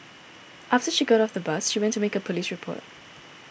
after she got off the bus she went to make a police report